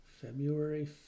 February